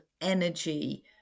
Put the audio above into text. energy